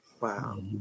Wow